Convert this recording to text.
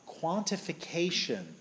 quantification